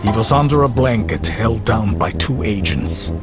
was under a blanket, held down by two agents.